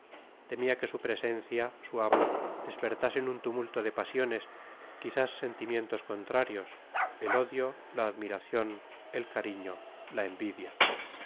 temía que su presencia su habla despertasen un tumulto de pasiones quizás sentimientos contrarios el odio la admiración el cariño la envidia